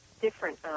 different